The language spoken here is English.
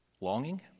longing